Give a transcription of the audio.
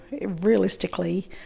realistically